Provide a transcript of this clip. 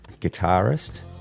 Guitarist